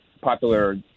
popular